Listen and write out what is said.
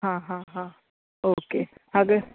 ಹಾಂ ಹಾಂ ಹಾಂ ಓಕೆ ಹಾಗೆ